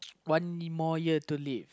one more year to live